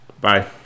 Bye